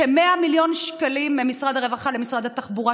כ-100 מיליון שקלים ממשרד הרווחה למשרד התחבורה.